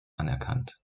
anerkannt